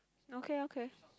okay okay